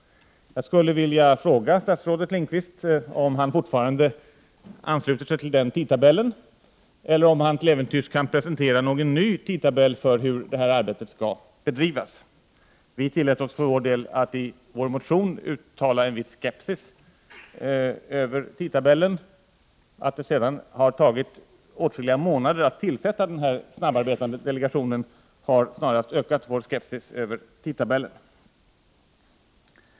Jag skulle vilja fråga statsrådet Lindqvist om han fortfarande ansluter sig till den tidtabellen eller om han till äventyrs kan presentera någon ny tidtabell för hur detta arbete skall bedrivas. Vi folkpartister tillät oss att i vår motion uttala en viss skepsis över tidtabellen. Att det sedan har tagit åtskilliga månader att tillsätta denna snabbarbetande delegation har snarast ökat vår skepsis över tidtabellen.